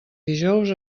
dijous